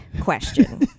question